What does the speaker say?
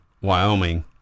Wyoming